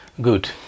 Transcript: Good